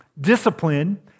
discipline